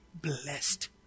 blessed